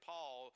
Paul